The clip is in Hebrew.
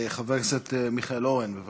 חבר הכנסת מיכאל אורן, בבקשה.